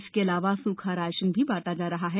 इसके अलावा सूखा राशन भी बांटा जा रहा है